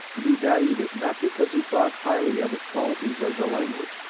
and he valued it, not because he thought highly of its qualities as a language,